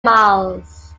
miles